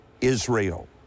Israel